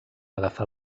agafar